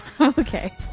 Okay